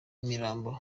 imirambo